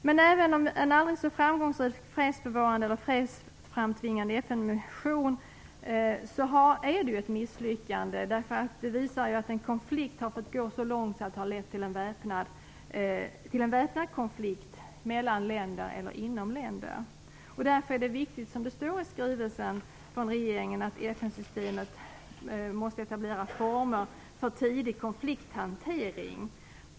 Men även om det varit en aldrig så framgångsrik fredsbevarande eller fredsframtvingande FN-mission, så är det ju ett misslyckande därför att det visar att en konflikt har fått gå så långt att det har lett till en väpnad konflikt mellan länder eller inom länder. Därför är det viktigt, som det står i skrivelsen från regeringen, att FN-systemet etablerar former för tidig konflikthantering.